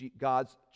God's